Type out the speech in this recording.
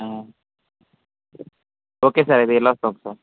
okay sir అయితే వెళ్ళొస్తాము sir